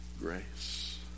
grace